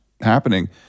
happening